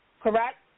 correct